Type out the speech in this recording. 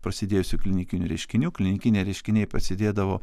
prasidėjusių klinikinių reiškinių klinikiniai reiškiniai prasidėdavo